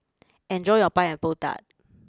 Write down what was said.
enjoy your Pineapple Tart